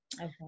okay